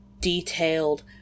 detailed